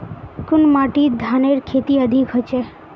कुन माटित धानेर खेती अधिक होचे?